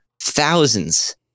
thousands